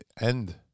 end